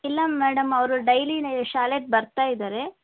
ಇಲ್ಲ ಮೇಡಮ್ ಅವರು ಡೈಲಿನೆ ಶಾಲೆಗೆ ಬರ್ತಾ ಇದ್ದಾರೆ